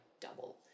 double